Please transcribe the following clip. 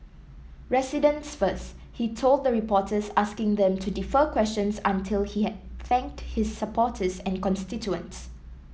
residents first he told the reporters asking them to defer questions until after he had thanked his supporters and constituents